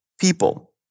people